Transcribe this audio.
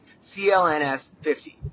CLNS50